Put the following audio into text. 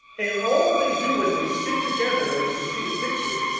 and all they do when they sit together. and you can see the picture,